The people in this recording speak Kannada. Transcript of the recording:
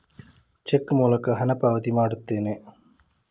ಚೆಕ್ ಮೂಲಕ ಹಣ ಪಾವತಿ ಮಾಡುತ್ತೇನೆ